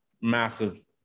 massive